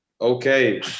okay